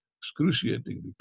excruciatingly